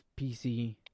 PC